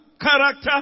character